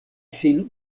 sin